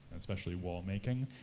especially wall-making,